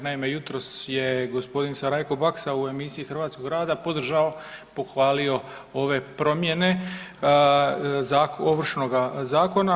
Naime, jutros je gospodin Sarajko Baksa u emisiji Hrvatskog radija podržao, pohvalio ove promjene Ovršnoga zakona.